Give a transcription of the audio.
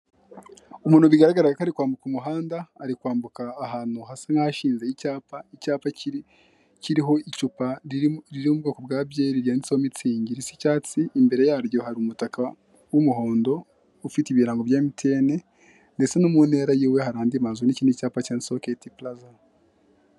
Umuntu bigaragara ko ari kwambuka umuhanda ari kwambuka ahantu hasa nk'ahashinze icyapa, icyapa kiriho icupa riri mu bwoko bwa byeri, ryanditseho mitsingi risa icyatsi, imbere yaryo hari umutaka w'umuhondo ufite ibirango bya mtn, ndetse no mu ntera yiwe hari andi mazu n'ikindi cyapa cyanditse keti pulaza.